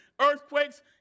earthquakes